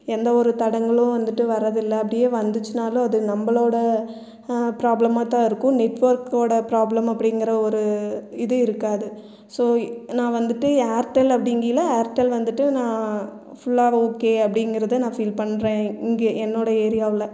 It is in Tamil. எந்த ஒரு தடங்கலும் வந்துட்டு வரதில்லை அப்டி வந்துச்சினாலும் அது நம்மளோட ப்ராப்ளமாக தான் இருக்கும் நெட்ஒர்க்கோட ப்ராப்ளம் அப்படிங்கற ஒரு இது இருக்காது ஸோ நான் வந்துட்டு ஏர்டெல் அப்டிங்கில ஏர்டெல் வந்துட்டு நான் ஃபுல்லா ஓகே அப்படிங்கறத நான் ஃபீல் பண்ணுறேன் இங்கே என்னோட ஏரியாவில்